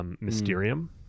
Mysterium